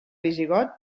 visigot